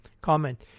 Comment